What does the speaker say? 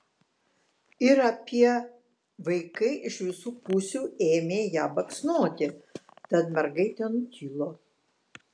ir apie vaikai iš visų pusių ėmė ją baksnoti tad mergaitė nutilo